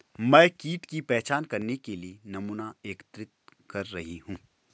मैं कीट की पहचान करने के लिए नमूना एकत्रित कर रही हूँ